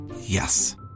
Yes